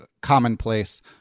commonplace